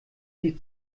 die